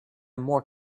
more